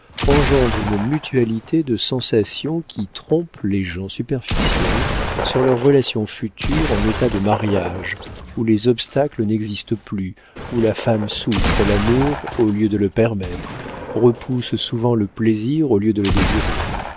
engendrent une mutualité de sensations qui trompe les gens superficiels sur leurs relations futures en état de mariage où les obstacles n'existent plus où la femme souffre l'amour au lieu de le permettre repousse souvent le plaisir au lieu de le désirer